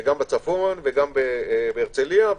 גם בצפון, גם בהרצליה.